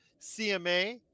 CMA